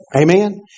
Amen